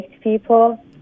people